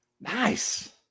Nice